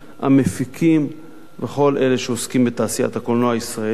המפיקים וכל אלה שעוסקים בתעשיית הקולנוע הישראלית,